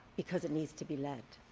because it needs to be led.